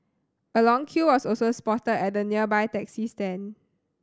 a long queue was also spotted at the nearby taxi stand